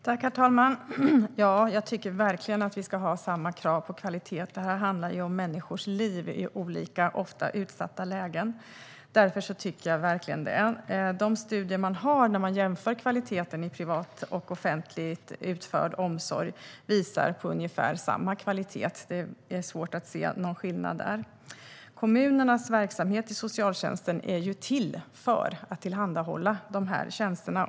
Herr talman! Jag tycker verkligen att vi ska ha samma krav på kvalitet. Det här handlar ju om människors liv i olika utsatta lägen. Därför tycker jag verkligen det. De studier som har gjorts där man jämför kvaliteten i privat och offentligt utförd omsorg visar på ungefär samma kvalitet. Det är svårt att se någon skillnad där. Kommunernas verksamhet inom socialtjänsten är ju till för att tillhandahålla dessa tjänster.